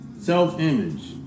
Self-image